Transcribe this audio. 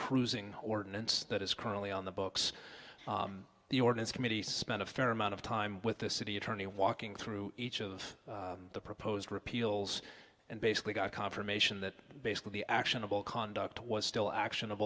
cruising ordinance that is currently on the books the ordinance committee spent a fair amount of time with the city attorney walking through each of the proposed repeals and basically got confirmation that basically actionable conduct was still action